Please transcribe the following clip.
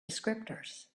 descriptors